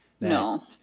No